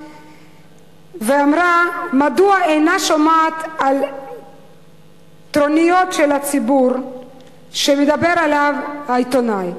ושאלה מדוע אינה שומעת על טרוניות של הציבור שמדבר עליהן העיתונאי.